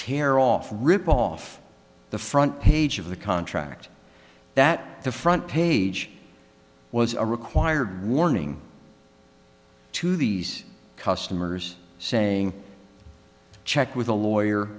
tear off rip off the front page of the contract that the front page was a required warning to these customers saying check with a lawyer